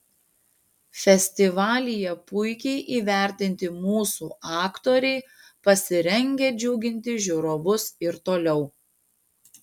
festivalyje puikiai įvertinti mūsų aktoriai pasirengę džiuginti žiūrovus ir toliau